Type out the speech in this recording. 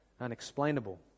unexplainable